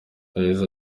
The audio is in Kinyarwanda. yagize